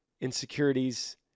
insecurities